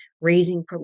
raising